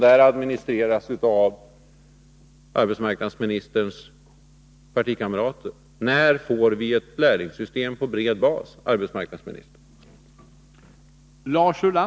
Där administreras detta system av arbetsmarknadsministerns partikamrater. När får vi ett lärlingssystem på bred bas, arbetsmarknadsministern?